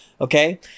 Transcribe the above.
Okay